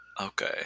Okay